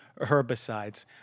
herbicides